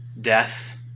Death